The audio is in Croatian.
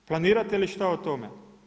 Planirate li šta o tome?